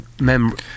memory